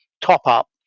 top-up